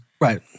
Right